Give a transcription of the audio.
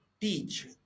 teach